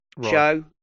show